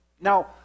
Now